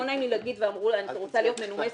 לא נעים לי לומר ואני רוצה להיות מנומסת,